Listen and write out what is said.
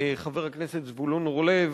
חבר הכנסת זבולון אורלב